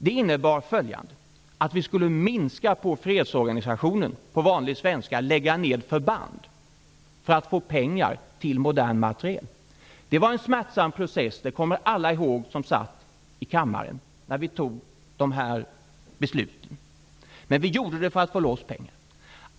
Det innebar att vi skulle minska på fredsorganisationen, eller på vanlig svenska, lägga ned förband för att få pengar till modern materiel. Det var en smärtsam process, det kommer alla ihåg som satt i kammaren när vi fattade det beslutet. Vi gjorde det för att få loss pengar.